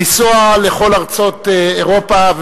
לנסוע לכל ארצות אירופה,